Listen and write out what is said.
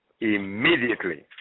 immediately